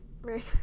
right